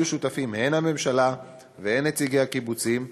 שותפים להן הן הממשלה והן נציגי הקיבוצים,